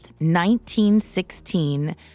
1916